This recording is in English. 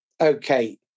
Okay